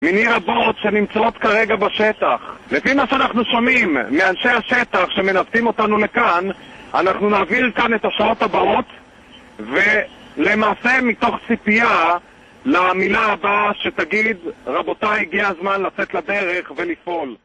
מיני רבות שנמצאות כרגע בשטח לפי מה שאנחנו שומעים מאנשי השטח שמנווטים אותנו לכאן אנחנו נעביר כאן את השעות הבאות ולמעשה מתוך ציפייה למילה הבאה שתגיד רבותיי הגיע הזמן לצאת לדרך ולפעול